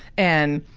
and,